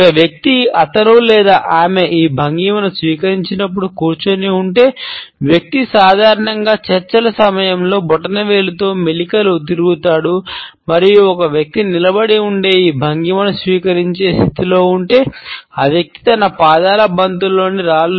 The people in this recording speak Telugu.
ఒక వ్యక్తి అతను లేదా ఆమె ఈ భంగిమను స్వీకరించినప్పుడు కూర్చొని ఉంటే వ్యక్తి సాధారణంగా చర్చల సమయంలో బొటనవేలుతో మెలికలు